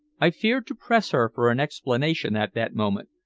i feared to press her for an explanation at that moment,